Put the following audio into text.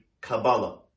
Kabbalah